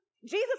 Jesus